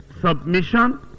submission